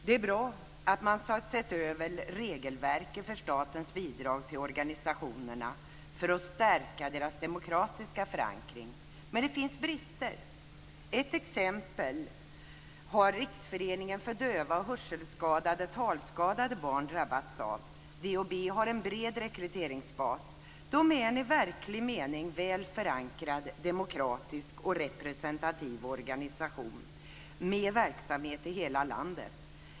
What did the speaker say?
Det är bra att man har sett över regelverket för statens bidrag till organisationerna för att stärka deras demokratiska förankring. Men det finns brister. Ett exempel har Riksföreningen för döva, hörselskadade och talskadade barn drabbats av. DHB har en bred rekryteringsbas. Det är en i verklig mening väl förankrad, demokratisk och representativ organisation med verksamhet i hela landet.